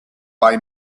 buy